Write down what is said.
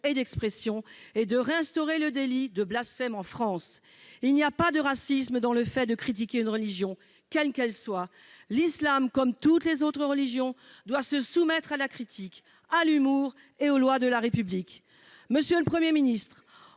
et d'expression et de réinstaurer le délit de blasphème en France. Il n'y a pas de racisme dans le fait de critiquer une religion, quelle qu'elle soit. L'islam, comme toutes les autres religions, doit se soumettre à la critique, à l'humour et aux lois de la République. Monsieur le Premier ministre,